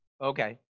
Okay